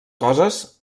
coses